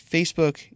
Facebook